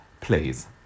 please